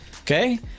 okay